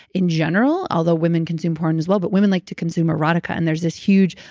in general, although women consume porn as well. but women like to consume erotica and there's this huge,